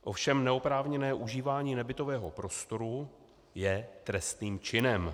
Ovšem neoprávněné užívání nebytového prostoru je trestným činem.